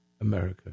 America